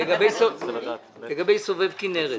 לגבי סובב כנרת,